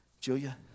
Julia